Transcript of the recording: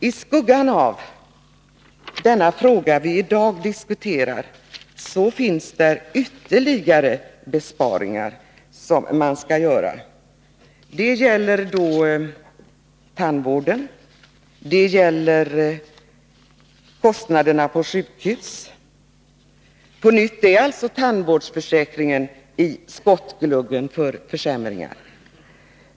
I skuggan av den fråga vi i dag diskuterar har man ytterligare besparingar som skall göras. Det gäller tandvården och kostnaderna på sjukhus. På nytt är alltså tandvårdsförsäkringen i skottgluggen för försämringar.